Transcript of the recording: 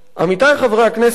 עמיתי חברי הכנסת,